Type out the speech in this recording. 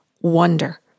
wonder